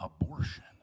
Abortion